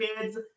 kids